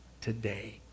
today